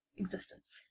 existence.